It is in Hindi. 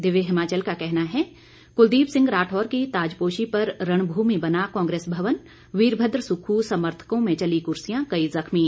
दिव्य हिमाचल का कहना है कुलदीप सिंह राठौर की ताजपोशी पर रणभूमि बना कांग्रेस भवन वीरभद्र सुक्खू समर्थकों में चली कुर्सियां कई जख्मी